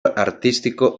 artístico